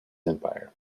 empire